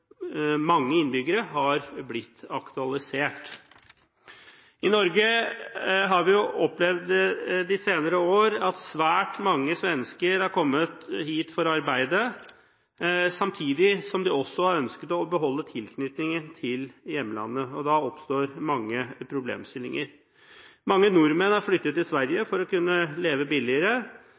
mange innbyggere, har blitt aktualisert. I Norge har vi i de senere år opplevd at svært mange svensker har kommet hit for å arbeide, samtidig som de har ønsket å beholde tilknytningen til hjemlandet. Da oppstår mange problemer. Mange nordmenn har flyttet til Sverige for å kunne leve billigere,